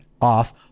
off